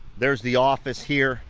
there's the office here